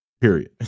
period